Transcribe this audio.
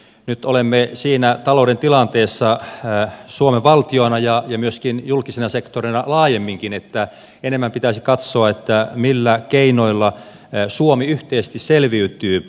nyt olemme siinä talouden tilanteessa suomen valtiona ja myöskin julkisena sektorina laajemminkin että enemmän pitäisi katsoa millä keinoilla suomi yhteisesti selviytyy